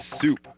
soup